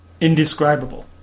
indescribable